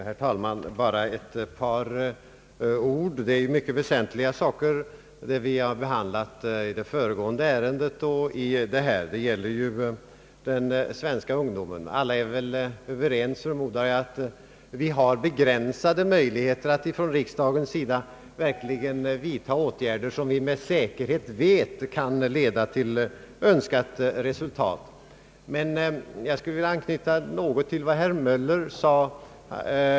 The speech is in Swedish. Herr talman! Bara ett par ord! Det är mycket väsentliga saker som behandlas i detta och det föregående ärendet. Det gäller den svenska ungdomen. Alla är väl överens om, förmodar jag, att riksdagen har begränsade möjligheter att vidtaga åtgärder som vi med säkerhet vet kan leda till önskat resultat. Jag skulle vilja anknyta till vad herr Möller sade.